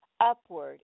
upward